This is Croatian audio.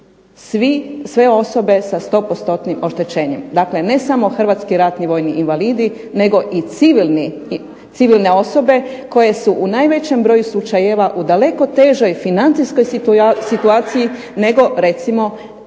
sve osobe sa sto postotnim oštećenjem. Dakle, ne samo hrvatski ratni vojni invalidi, nego i civilne osobe koje su u najvećem broju slučajeva u daleko težoj financijskoj situaciji nego recimo